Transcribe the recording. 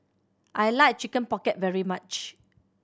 I like Chicken Pocket very much